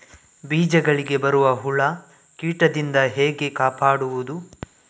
ಬೀಜಗಳಿಗೆ ಬರುವ ಹುಳ, ಕೀಟದಿಂದ ಹೇಗೆ ಕಾಪಾಡುವುದು?